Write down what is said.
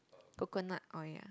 coconut oil ah